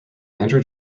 andrew